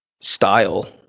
style